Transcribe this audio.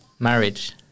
Marriage